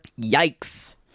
Yikes